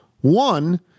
One